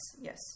yes